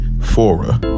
Fora